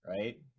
right